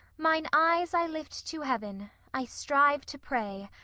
my eyes i lift to heaven i strive to pray,